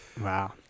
Wow